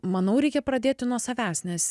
manau reikia pradėti nuo savęs nes